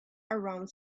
around